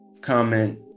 comment